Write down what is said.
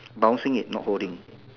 bouncing it not holding